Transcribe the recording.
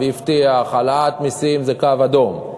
והבטיח: העלאת מסים זה קו אדום,